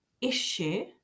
issue